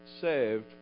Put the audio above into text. saved